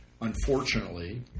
unfortunately